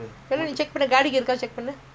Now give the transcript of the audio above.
ah